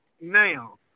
now